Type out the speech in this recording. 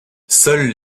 seules